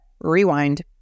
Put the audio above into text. rewind